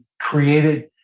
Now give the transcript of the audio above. created